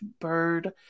bird